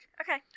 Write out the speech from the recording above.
Okay